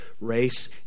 race